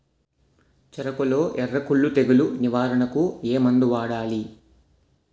చెఱకులో ఎర్రకుళ్ళు తెగులు నివారణకు ఏ మందు వాడాలి?